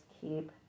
keep